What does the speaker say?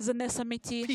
זה יהיה חלק מהפרק